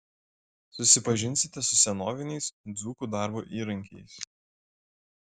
susipažinsite su senoviniais dzūkų darbo įrankiais